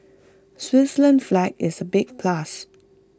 Switzerland's flag is A big plus